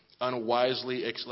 unwisely